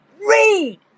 Read